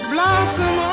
Blossom